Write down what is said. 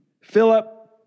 Philip